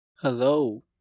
Hello